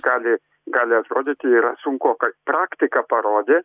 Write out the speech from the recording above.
gali gali atrodyti yra sunkoka praktika parodė